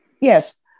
Yes